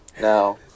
now